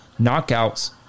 knockouts